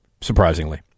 surprisingly